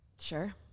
Sure